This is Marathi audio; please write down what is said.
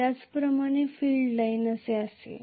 त्याचप्रमाणे फील्ड लाईन असे जाईल